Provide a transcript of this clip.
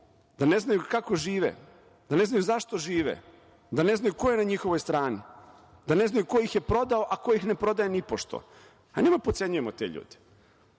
da ne znaju kako žive, da ne znaju zašto žive, da ne znaju ko je na njihovoj strani, da ne znaju ko ih je prodao, a ko ih ne prodaje nipošto? Nemojmo da potcenjujemo te ljude.